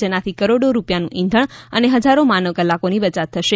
જેનાથી કરોડો રૂપિયાનું ઈંધણ અને હજારો માનવ કલાકોની બચત થશે